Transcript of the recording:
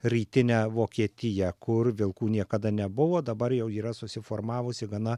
rytinę vokietiją kur vilkų niekada nebuvo dabar jau yra susiformavusi gana